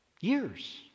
years